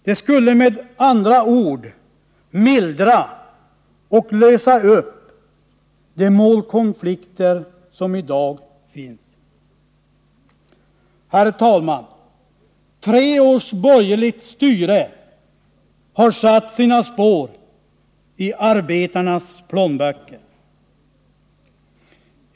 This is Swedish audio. Det skulle med andra ord mildra och lösa upp de målkonflikter som i dag finns. Herr talman! Tre års borgerligt styre har satt sina spår i arbetarnas plånböcker.